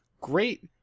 Great